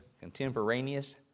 contemporaneous